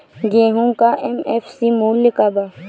गेहू का एम.एफ.सी मूल्य का बा?